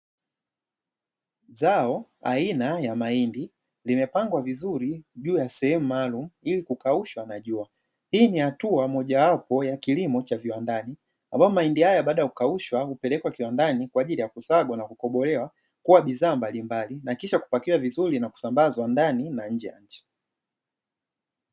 Zao aina ya mahindi limepangwa vizuri juu ya sehemu maalumu ili kukaushwa na jua, hii ni hatua mojawapo ya kilimo cha viwandani ambayo mahindi haya baada ya kukaushwa hupelekwa kiwandani kwaajili ya kusagwa na kukobolewa kuwa bidhaa mbalimbali, na kisha kupakia vizuri na kusambazwa ndani na nje ya nchi.